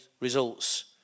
results